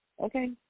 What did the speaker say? Okay